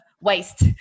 waste